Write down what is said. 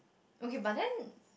okay but then